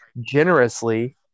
generously